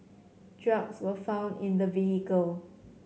drugs were found in the vehicle